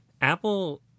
Apple